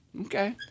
Okay